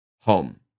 home